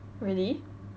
really